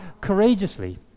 courageously